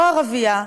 או ערבייה,